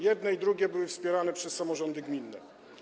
Jedne i drugie były wspierane przez samorządy gminne.